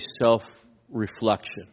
self-reflection